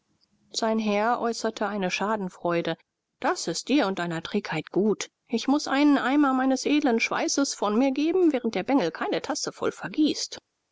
sein herr äußerte eine schadenfreude das ist dir und deiner trägheit gut ich muß einen eimer meines edlen schweißes von mir geben während der bengel keine tasse voll vergießt